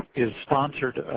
is sponsored